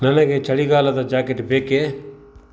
ನನಗೆ ಚಳಿಗಾಲದ ಜಾಕೆಟ್ ಬೇಕೇ